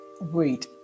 wait